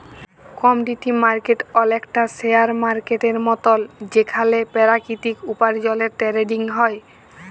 commodity market অলেকটা share মার্কেটের মতল যেখালে পেরাকিতিক উপার্জলের টেরেডিং হ্যয়